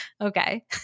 Okay